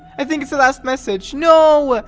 i? think it's the last message. no,